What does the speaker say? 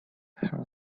her